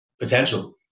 potential